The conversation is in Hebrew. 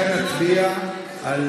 לכן נצביע על